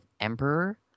Emperor